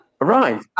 right